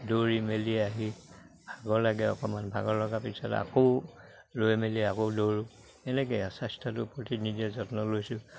দৌৰি মেলি আহি ভাগৰ লাগে অকমান ভাগৰ লগাৰ পিছত আকৌ ৰৈ মেলি আকৌ দৌৰোঁ এনেকে স্বাস্থ্যটোৰ প্ৰতি নিজে যত্ন লৈছোঁ